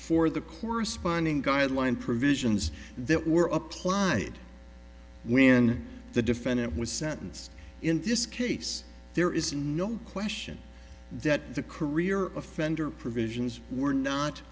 for the corresponding guideline provisions that were applied when the defendant was sentenced in this case there is no question that the career of offender provisions were not